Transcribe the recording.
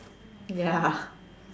ya